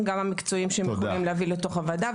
המקצועיים שהם יכולים להביא לתוך הוועדה.